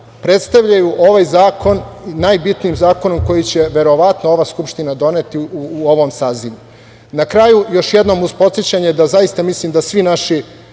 predstavljaju ovaj zakon najbitnijim zakonom koji će verovatno ova Skupština doneti u ovom sazivu. Na kraju, još jednom, uz podsećanje da zaista mislim da svi naši